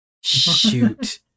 Shoot